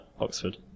Oxford